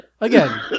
again